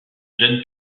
jeune